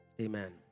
Amen